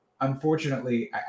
unfortunately